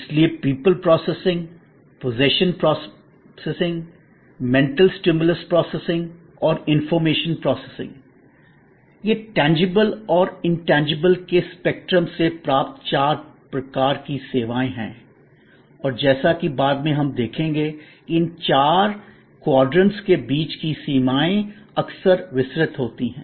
इसलिए people processing possession processing mental stimulus processing और information processing और यह टेंजबल और इनटेंजबल के स्पेक्ट्रम से प्राप्त चार प्रकार की सेवाएँ हैं और जैसा कि बाद में हम देखेंगे कि इन चार चतुर्भुजों के बीच की सीमाएँ अक्सर विसरित होती हैं